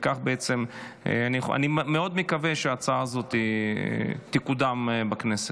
אני מאוד מקווה שההצעה הזאת תקודם בכנסת.